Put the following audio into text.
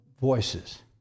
voices